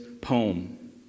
poem